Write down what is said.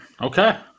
Okay